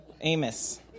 Amos